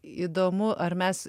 įdomu ar mes